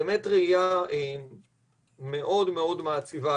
זאת באמת ראייה מאוד מאוד מעציבה.